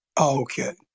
Okay